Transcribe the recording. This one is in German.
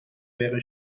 wäre